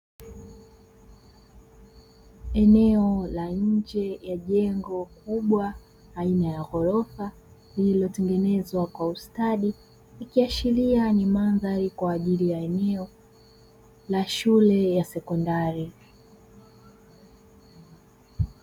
Eneo la nje jengo hili kubwa aina ya ghorofa. Lililotengenezwa kwa ustadi ikiashiria ni mandhari kwa ajili ya eneo la shule ya sekondari.